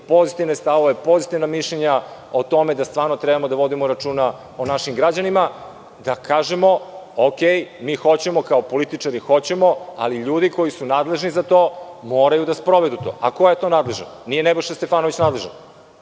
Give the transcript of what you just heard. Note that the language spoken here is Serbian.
pozitivne stavove, pozitivna mišljenja o tome da stvarno treba da vodimo računa o našim građanima, da kažemo – mi hoćemo, kao političari, ali ljudi koji su nadležni za to moraju da sprovedu to. Ko je nadležan za to? Nije Nebojša Stefanović nadležan.